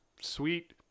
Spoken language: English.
sweet